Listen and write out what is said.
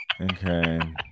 Okay